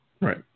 Right